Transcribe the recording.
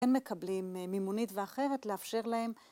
הם מקבלים מימונית ואחרת לאפשר להם